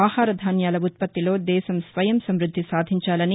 ఆహారధాన్యాల ఉత్పత్తిలో దేశం స్వయం సమృద్ది సాధించాలని